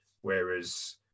whereas